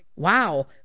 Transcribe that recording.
wow